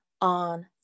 on